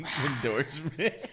endorsement